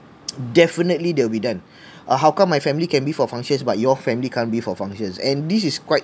definitely they will be done ah how come my family can be for functions but your family can't be for functions and this is quite